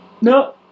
no